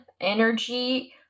energy